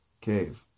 cave